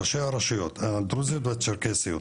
ראשי הרשויות הדרוזיות והצ'רקסיות,